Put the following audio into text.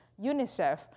UNICEF